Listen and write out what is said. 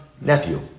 nephew